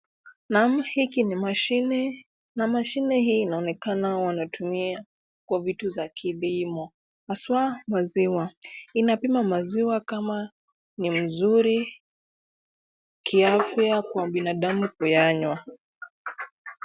Naam, hiki ni mashini na mashini hii inaonekana wanatumia kwa vitu ya kilimo, haswa maziwa. Inapima maziwa kama ni mzuri kiafya kwa binadamu kuyanywa.